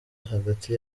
hagati